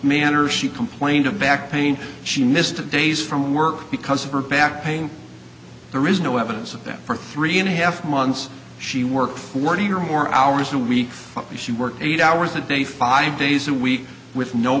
manner she complained of back pain she missed the days from work because of her back pain there is no evidence of that for three and a half months she worked forty or more hours a week and she worked eight hours a day five days a week with no